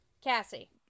cassie